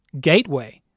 gateway